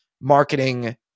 marketing